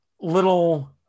little